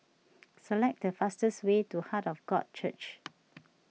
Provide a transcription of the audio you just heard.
select the fastest way to Heart of God Church